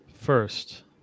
first